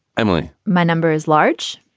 emily, my number is large.